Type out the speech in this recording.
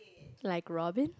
like Robin